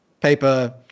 paper